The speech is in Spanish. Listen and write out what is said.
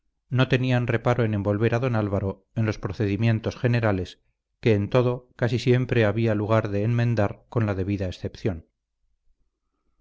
no tenían reparo en envolver a don álvaro en los procedimientos generales que en todo casi siempre había lugar de enmendar con la debida excepción